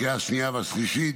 לקריאה השנייה והשלישית.